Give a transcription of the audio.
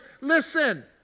listen